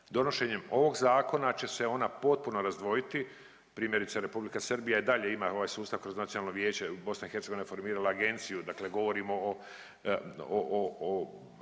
Donošenjem ovog zakona će se ona potpuno razdvojiti. Primjerice Republika Srbija i dalje ima ovaj sustav kroz nacionalno vijeće, BiH je formirala agenciju. Dakle, govorimo o